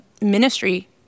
ministry